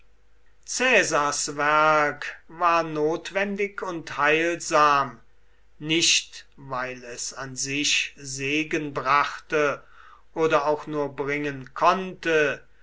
caesars werk war notwendig und heilsam nicht weil es an sich segen brachte oder auch nur bringen konnte